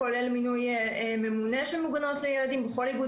הוא כולל מינוי ממונה של מוגנות לילדים בכל איגוד